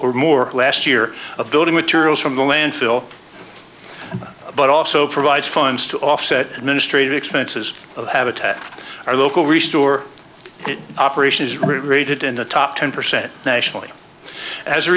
or more last year of building materials from the landfill but also provides funds to offset the ministry of expenses of habitat our local resource operation is rated in the top ten percent nationally as a